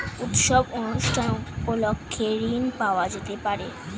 উৎসব অনুষ্ঠান উপলক্ষে ঋণ পাওয়া যেতে পারে?